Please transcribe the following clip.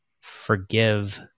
forgive